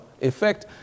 effect